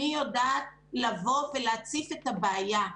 אני יודעת לבוא ולהציף את הבעיה,